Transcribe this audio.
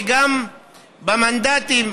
וגם במנדטים.